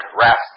rest